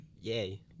Yay